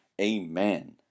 Amen